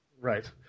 Right